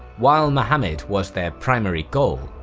while muhammad was their primary goal,